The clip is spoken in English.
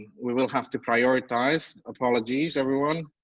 we will have to prioritise, apologies everyone.